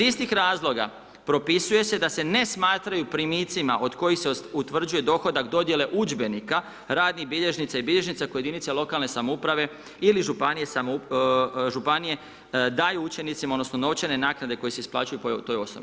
Iz istih razloga, propisuje se da se ne smatraju primicima od kojih se utvrđuje dohodak dodijele udžbenika, radnih bilježnica i bilježnica, koje jedinice lokalne samouprave ili županije, daju učenicima, odnosno novčane naknade koje se isplaćuju po toj osnovi.